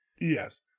Yes